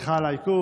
סליחה על העיכוב.